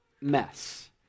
mess